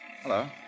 Hello